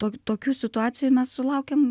to tokių situacijų mes sulaukiam